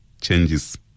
changes